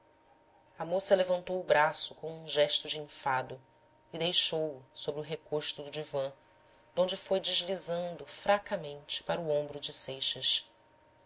a moça levantou o braço com um gesto de enfado e deixou-o sobre o recosto do divã donde foi deslizando fracamente para o ombro de seixas